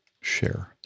Share